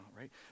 right